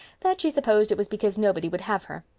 that she supposed it was because nobody would have her.